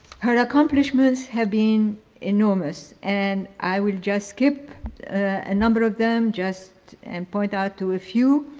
her accomplishments have been enormous and i will just skip a number of them just and point out to a few.